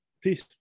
Peace